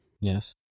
Yes